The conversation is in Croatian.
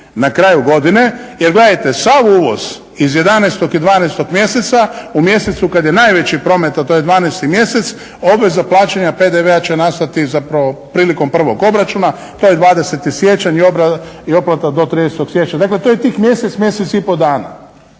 na kraju godine jer, gledajte sav uvoz iz 11. i 12. mjeseca u mjesecu kada je najveći promet a to je 12. mjesec obveza plaćanja PDV-a će nastati zapravo prilikom prvog obračuna, to je 20. siječanj i otplata do 30. siječnja. Dakle, to je tih mjesec, mjesec i pol dana.